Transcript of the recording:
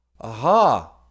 Aha